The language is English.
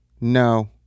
No